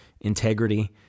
integrity